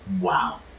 Wow